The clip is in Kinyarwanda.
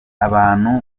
abantu